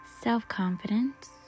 self-confidence